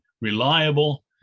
reliable